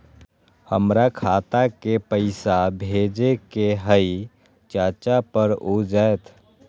हमरा खाता के पईसा भेजेए के हई चाचा पर ऊ जाएत?